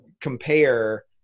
compare